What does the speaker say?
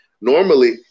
Normally